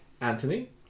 Anthony